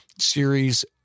series